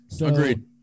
Agreed